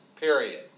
Period